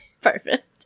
Perfect